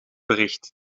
bericht